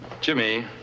Jimmy